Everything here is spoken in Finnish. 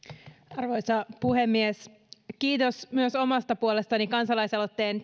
arvoisa puhemies kiitos myös omasta puolestani kansalaisaloitteen